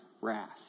wrath